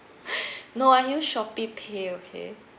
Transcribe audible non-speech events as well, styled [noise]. [breath] no I use Shopeepay okay